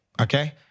okay